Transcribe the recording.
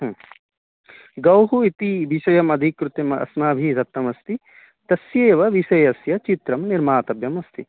ह्म् गौः इति विषयमधिकृत्यमस्माभिः दत्तमस्ति तस्येव विषयस्य चित्रं निर्मातव्यं अस्ति